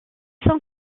sont